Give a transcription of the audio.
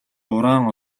уран